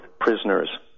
prisoners